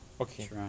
Okay